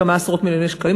כמה עשרות מיליוני שקלים,